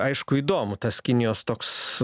aišku įdomu tas kinijos toks